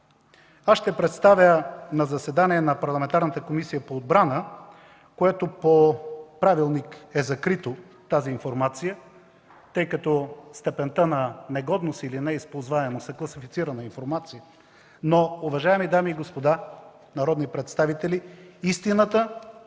Аз ще представя на заседание на парламентарната Комисия по отбрана, което по правилник е закрито, тъй като информацията за степента на негодност или неизползваемост е класифицирана, но, уважаеми дами и господа народни представители, истината